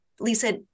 Lisa